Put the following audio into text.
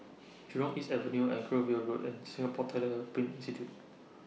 Jurong East Avenue Anchorvale Road and Singapore Tyler Print Institute